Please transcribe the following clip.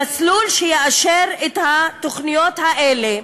במסלול שיאשר את התוכניות האלה,